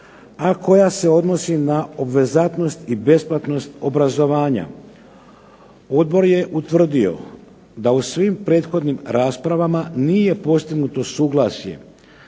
a koja se odnosi na obvezatnost i besplatnost obrazovanja. Odbor je utvrdio da u svim prethodnim raspravama nije postignuto suglasje